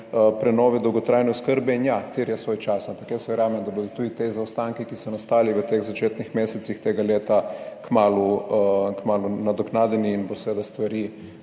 prenove dolgotrajne oskrbe in ja, terja svoj čas, ampak jaz verjamem, da bodo tudi ti zaostanki, ki so nastali v teh začetnih mesecih tega leta, kmalu, kmalu nadoknadili in bo seveda stvari